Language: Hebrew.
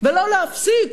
ולא להפסיק